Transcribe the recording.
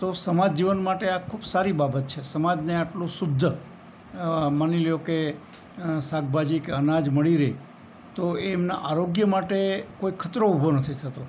તો સમાજ જીવન માટે આ ખૂબ સારી બાબત છે સમાજને આટલું શુદ્ધ માની લો કે શાકભાજી કે અનાજ મળી રહે તો એમનાં આરોગ્ય માટે કોઈ ખતરો ઊભો નથી થતો